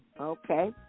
Okay